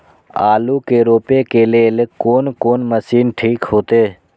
आलू के रोपे के लेल कोन कोन मशीन ठीक होते?